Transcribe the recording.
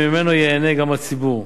שממנו ייהנה גם הציבור.